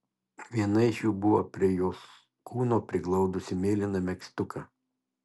viena iš jų buvo apie prie jos kūno prigludusį mėlyną megztuką